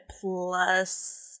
plus